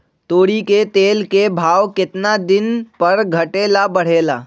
तोरी के तेल के भाव केतना दिन पर घटे ला बढ़े ला?